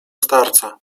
starca